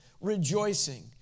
rejoicing